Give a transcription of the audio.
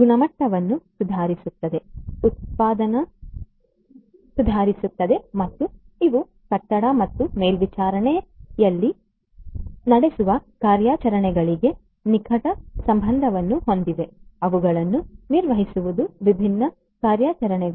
ಗುಣಮಟ್ಟವನ್ನು ಸುಧಾರಿಸುತ್ತದೆ ಉತ್ಪಾದಕತೆಯನ್ನು ಸುಧಾರಿಸುತ್ತದೆ ಮತ್ತು ಇವು ಕಟ್ಟಡ ಮತ್ತು ಮೇಲ್ವಿಚಾರಣೆಯಲ್ಲಿ ನಡೆಸುವ ಕಾರ್ಯಾಚರಣೆಗಳಿಗೆ ನಿಕಟ ಸಂಬಂಧವನ್ನು ಹೊಂದಿವೆ ಅವುಗಳನ್ನು ನಿರ್ವಹಿಸುವುದು ವಿಭಿನ್ನ ಕಾರ್ಯಾಚರಣೆಗಳು